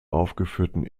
aufgeführten